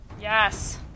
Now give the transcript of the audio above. Yes